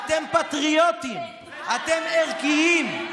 אתם ערכיים,